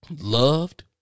loved